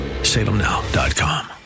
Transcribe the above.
salemnow.com